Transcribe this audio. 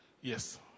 Yes